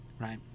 right